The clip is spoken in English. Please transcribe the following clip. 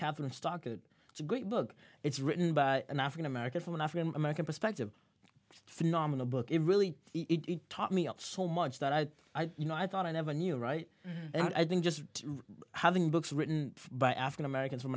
kathryn stockett it's a great book it's written by an african american from an african american perspective phenomena book it really taught me out so much that i you know i thought i never knew right and i think just having books written by african americans from